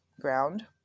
ground